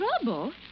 Trouble